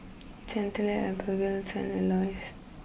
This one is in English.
Chantelle Abigayle and Elois